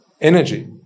energy